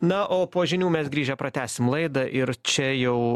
na o po žinių mes grįžę pratęsim laidą ir čia jau